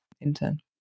intern